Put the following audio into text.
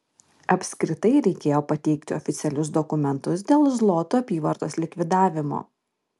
apskritai reikėjo pateikti oficialius dokumentus dėl zlotų apyvartos likvidavimo